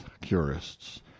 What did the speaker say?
Curists